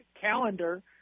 calendar